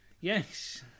Yes